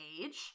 age